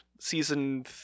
Season